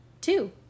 two